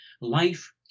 life